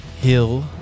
Hill